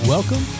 Welcome